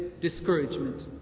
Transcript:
discouragement